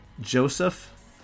Joseph